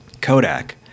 Kodak